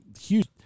huge